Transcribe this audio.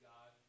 God